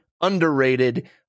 Underrated